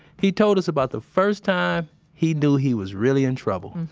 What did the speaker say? he told us about the first time he knew he was really in trouble